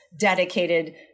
dedicated